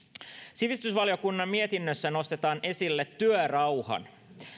sivistysvaliokunnan mietinnössä nostetaan esille työrauha